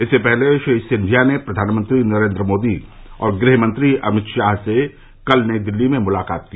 इससे पहले श्री सिंधिया ने प्रधानमंत्री नरेन्द्र मोदी और गृह मंत्री अमित शाह से कल नई दिल्ली में मुलाकात की